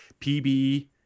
pb